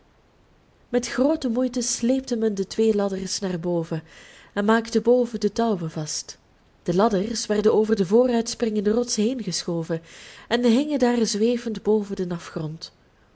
met groote moeite sleepte men de twee ladders naar boven en maakte boven de touwen vast de ladders werden over de vooruitspringende rots heengeschoven en hingen daar zwevend boven den afgrond